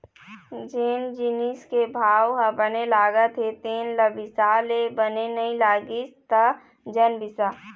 जेन जिनिस के भाव ह बने लागत हे तेन ल बिसा ले, बने नइ लागिस त झन बिसा